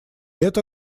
это